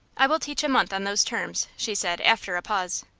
i will teach a month on those terms, she said, after a pause.